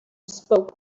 spoke